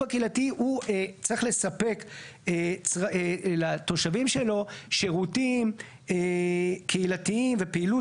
הקהילתי הוא צריך לספק לתושבים שלו שירותים קהילתיים ופעילות